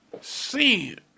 sin